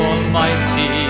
Almighty